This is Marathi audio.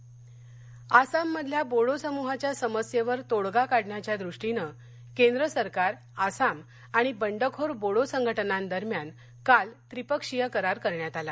बोडो आसाममधल्या बोडो समुहाच्या समस्येवर तोडगा काढण्याच्या दृष्टीनं केंद्र सरकार आसाम आणि बंडखोर बोडो संघटनांदरम्यान काल त्रिपक्षीय करार करण्यात आला